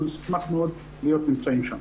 אנחנו נשמח מאוד להיות שם.